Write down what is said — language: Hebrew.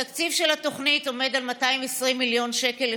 התקציב של התוכנית עומד על 220 מיליון שקל לשנה,